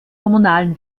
kommunalen